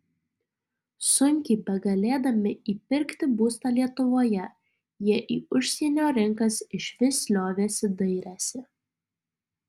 sunkiai begalėdami įpirkti būstą lietuvoje jie į užsienio rinkas išvis liovėsi dairęsi